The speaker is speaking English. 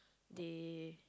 they